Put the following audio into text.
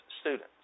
students